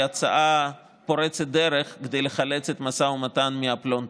הצעה פורצת דרך כדי לחלץ את המשא ומתן מהפלונטר.